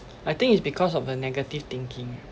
I think it's because of the negative thinking